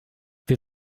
wir